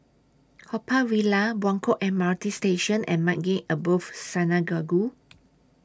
Haw Par Villa Buangkok M R T Station and Maghain Aboth Synagogue